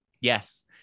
Yes